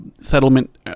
settlement